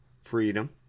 Freedom